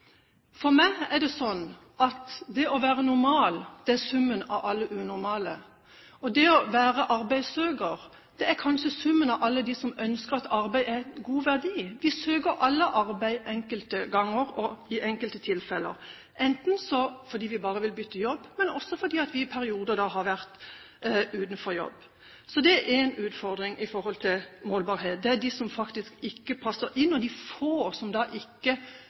For meg er det sånn at det å være normal er summen av alle unormale. Og det å være arbeidssøker er kanskje summen av alle dem som ønsker et arbeid av god verdi. Vi søker alle arbeid enkelte ganger og i enkelte tilfeller, enten fordi vi bare vil bytte jobb, eller fordi vi i perioder har vært utenfor jobb. Så en utfordring i forhold til målbarhet er de som ikke passer inn, og de få som tjenestene ikke